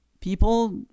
people